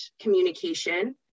communication